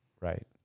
right